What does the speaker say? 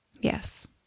Yes